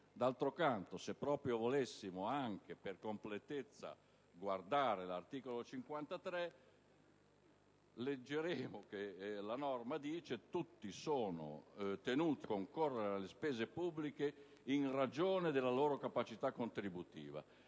D'altro canto, se proprio volessimo, anche per completezza, guardare all'articolo 53, leggeremmo che: «Tutti sono tenuti a concorrere alle spese pubbliche in ragione della loro capacità contributiva.